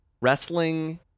Wrestling